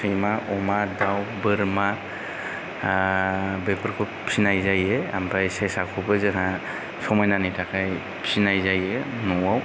सैमा अमा दाउ बोरमा आ बेफोरखौ फिनाय जायो आमफाय जोंहा सेसाखौबो समायनानि थाखाय फिनाय जायो न'आव